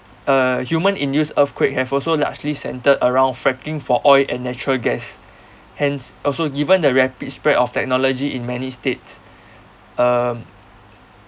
uh human induced earthquake have also largely centred around fracking for oil and natural gas hence also given the rapid spread of technology in many states um